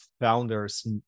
founders